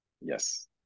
Yes